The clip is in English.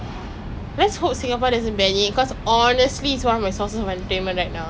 I do find it damn entertaining but when I click on it it's okay lah I stay on it for hours